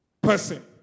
person